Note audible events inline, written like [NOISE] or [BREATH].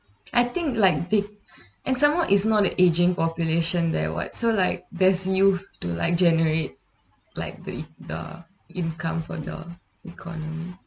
I think like big [BREATH] and some more it's not an ageing population there [what] so like there's youth to like generate like the uh income for the economy